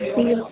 एवम्